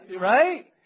right